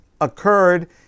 occurred